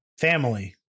family